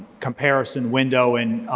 comparison window and